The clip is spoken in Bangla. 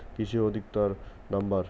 কৃষি অধিকর্তার নাম্বার?